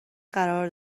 قرار